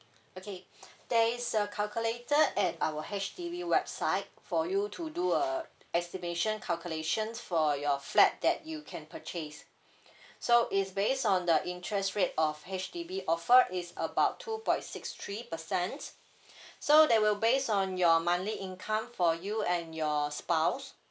okay there is a calculator at our H_D_B website for you to do a estimation calculations for your flat that you can purchase so it's based on the interest rate of H_D_B offered it's about two point six three percent so they will base on your monthly income for you and your spouse